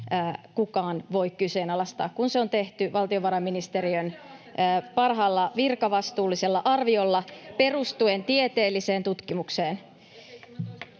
kukaan voi kyseenalaistaa, kun se on tehty valtiovarainministeriön parhaalla virkavastuullisella arviolla, perustuen tieteelliseen tutkimukseen.